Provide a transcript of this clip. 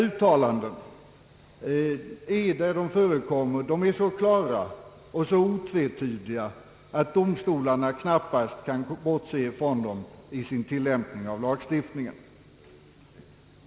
Uttalandena i det avseendet är så klara och otvetydiga att domstolarna knappast kan bortse från dem i sin tillämpning av lagstiftningen.